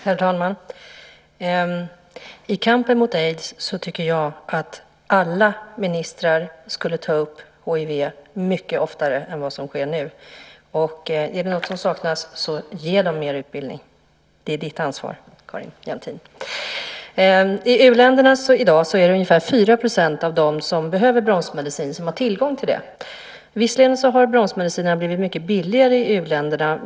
Herr talman! I kampen mot aids borde alla ministrar ta upp hiv mycket oftare än vad som sker nu. Är det något som saknas, ge dem då mer utbildning. Det är ditt ansvar, Carin Jämtin. I u-länderna har i dag 4 % av dem som behöver bromsmedicin tillgång till det. Visserligen har bromsmedicinerna blivit mycket billigare i u-länderna.